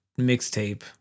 mixtape